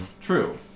true